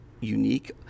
unique